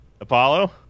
Apollo